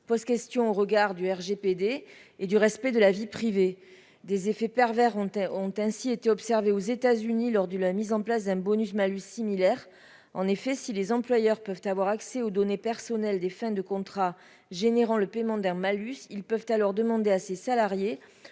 pose question au regard du RGPD et du respect de la vie privée des effets pervers tête ont ainsi été observés aux États-Unis lors de la mise en place d'un bonus-malus similaire en effet si les employeurs peuvent avoir accès aux données personnelles des fins de contrats générant le paiement d'un malus, ils peuvent alors demander à ses salariés